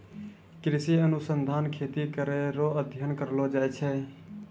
कृषि अनुसंधान खेती करै रो अध्ययन करलो जाय छै